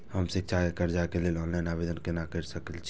हम शिक्षा के कर्जा के लिय ऑनलाइन आवेदन केना कर सकल छियै?